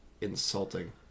insulting